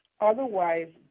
Otherwise